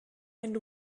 and